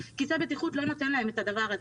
כיסא בטיחות לא נותן להם את הדבר הזה.